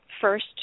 first